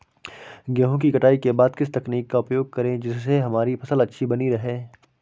गेहूँ की कटाई के बाद किस तकनीक का उपयोग करें जिससे हमारी फसल अच्छी बनी रहे?